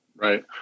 Right